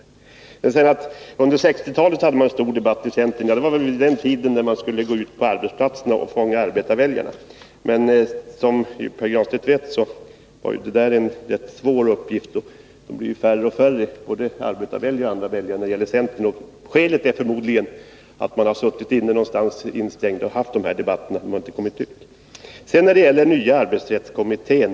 Under 1960-talet hade man en stor debatt i centern, säger Pär Granstedt. Det var på den tiden när centern skulle gå ut på arbetsplatserna och fånga arbetarväljarna. Men som Pär Granstedt vet var det en svår uppgift, och för centerns del har det blivit allt färre både arbetarväljare och andra väljare. Skälet är förmodligen att centerpartisterna har suttit instängda någonstans när de fört debatterna som Pär Granstedt nu talar om, för ingenting av det har kommit ut.